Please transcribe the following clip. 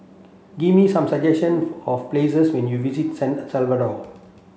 give me some suggestion of places when you visit San Salvador